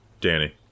Danny